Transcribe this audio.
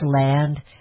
land